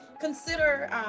Consider